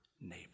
neighbor